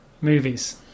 movies